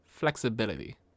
flexibility